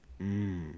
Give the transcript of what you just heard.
Mmm